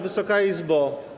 Wysoka Izbo!